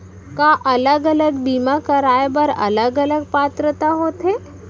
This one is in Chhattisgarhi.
का अलग अलग बीमा कराय बर अलग अलग पात्रता होथे?